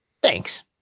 Thanks